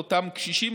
לאותם קשישים,